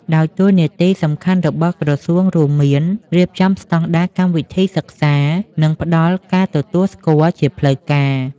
ដោយតួនាទីសំខាន់របស់ក្រសួងរួមមាន រៀបចំស្តង់ដារកម្មវិធីសិក្សា និងផ្តល់ការទទួលស្គាល់ជាផ្លូវការ។